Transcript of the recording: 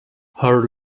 her